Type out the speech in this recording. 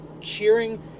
cheering